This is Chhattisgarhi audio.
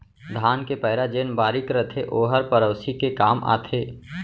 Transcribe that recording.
धान के पैरा जेन बारीक रथे ओहर पेरौसी के काम आथे